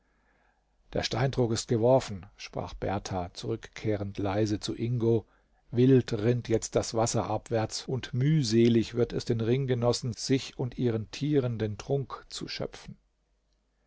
der steintrog ist geworfen sprach berthar zurückkehrend leise zu ingo wild rinnt jetzt das wasser abwärts und mühselig wird es den ringgenossen sich und ihren tieren den trunk zu schöpfen